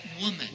woman